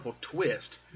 twist